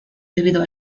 debido